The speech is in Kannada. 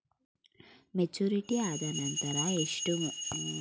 ಮೆಚುರಿಟಿ ಆದನಂತರ ಎಷ್ಟು ಮೊತ್ತದ ಹಣವನ್ನು ನಾನು ನೀರೀಕ್ಷಿಸ ಬಹುದು?